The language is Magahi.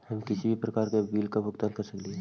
हम किसी भी प्रकार का बिल का भुगतान कर सकली हे?